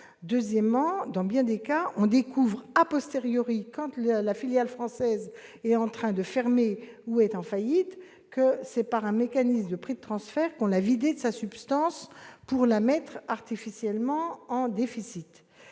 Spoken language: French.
Ensuite, dans bien des cas, on découvre, quand la filiale française est déjà en train de fermer ou est en faillite, que c'est par un mécanisme de prix de transfert que l'on l'a vidée de sa substance pour la mettre artificiellement en déficit.